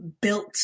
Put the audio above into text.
built